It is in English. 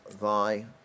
thy